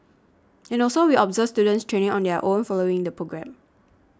and also we observe students training on their own following the programme